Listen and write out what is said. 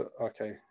Okay